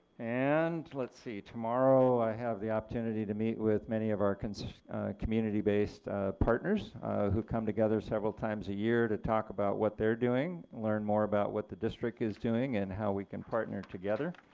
and let's see, tomorrow i have the opportunity to meet with many of our so community based partners who come together several times a year to talk about what they're doing, learn more about what the district is doing and how we can partner together.